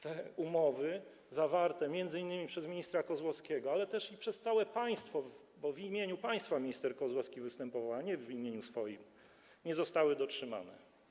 Te umowy zawarte m.in. przez ministra Kozłowskiego, ale i przez całe państwo, bo w imieniu państwa minister Kozłowski występował, a nie w imieniu swoim, nie zostały dotrzymane.